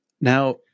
Now